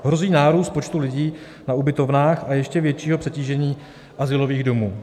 Hrozí nárůst počtu lidí na ubytovnách a ještě většího přetížení azylových domů.